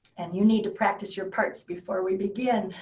and you need to practice your parts before we begin.